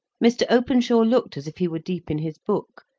mr. openshaw looked as if he were deep in his book,